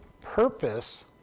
purpose